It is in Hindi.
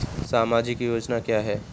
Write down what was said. सामाजिक योजना क्या है?